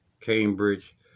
Cambridge